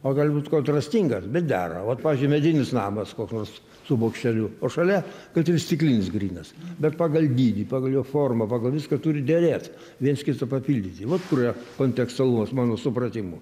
o gali būt kontrastingas bet dera vat pavyzdžiui medinis namas koks nors su bokšteliu o šalia kad ir stiklinis grynas bet pagal dydį pagal jo formą pagal viską turi derėt viens kitą papildyti vat kur yra kontekstualumas mano supratimu